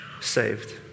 saved